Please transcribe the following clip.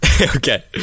Okay